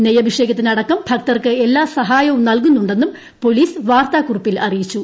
നെയ്യഭിഷേകത്തിന് അടക്കം ഭക്തർക്ക് എല്ലാ സഹായവും നൽകുന്നുണ്ടെന്നും പോലീസ് വാർത്താക്കുറിപ്പിൽ അറിയിച്ചു